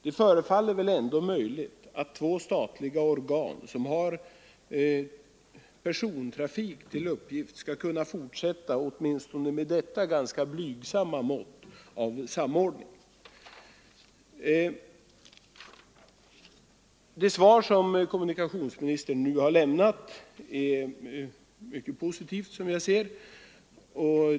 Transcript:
Det förefaller väl ändå möjligt att två statliga organ som har persontrafik till uppgift skall kunna fortsätta åtminstone med detta ganska blygsamma mått av samordning. Det svar som kommunikationsministern nu har lämnat är mycket positivt, som jag ser det.